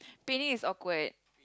picnic is awkward